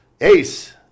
Ace